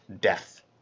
death